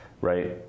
right